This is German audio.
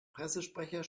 pressesprecher